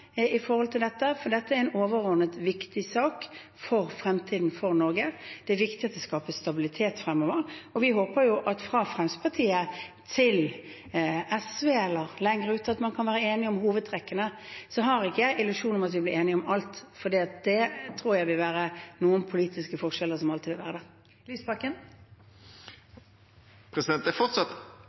for dette er en overordnet viktig sak for fremtiden for Norge. Det er viktig at det skapes stabilitet fremover. Vi håper at partiene, fra Fremskrittspartiet til SV, eller lenger ut, kan være enige om hovedtrekkene. Så har ikke jeg en illusjon om at vi blir enige om alt. Jeg tror at det er noen politiske forskjeller som alltid vil være der. Det er fortsatt